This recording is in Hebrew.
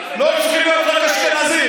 לא צריכים להיות רק אשכנזים.